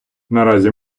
наразі